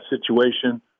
situation